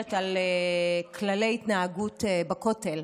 שמדברת על כללי התנהגות בכותל,